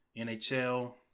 NHL